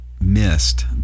missed